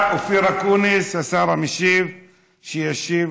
ובעיקר, מי שתומך